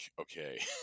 okay